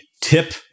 tip